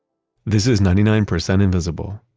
this is ninety nine percent invisible.